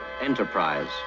Enterprise